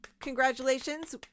congratulations